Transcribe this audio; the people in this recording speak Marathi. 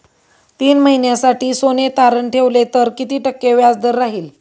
तीन महिन्यासाठी सोने तारण ठेवले तर किती टक्के व्याजदर राहिल?